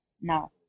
now